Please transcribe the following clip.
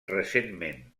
recentment